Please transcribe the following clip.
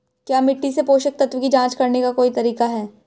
क्या मिट्टी से पोषक तत्व की जांच करने का कोई तरीका है?